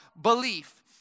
belief